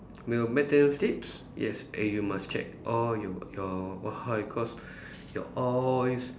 main~ maintenance slips yes and you must check all your your what how you call your oil